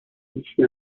هیچکی